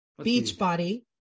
Beachbody